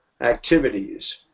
activities